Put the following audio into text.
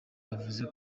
yavuze